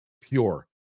pure